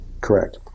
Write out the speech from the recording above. correct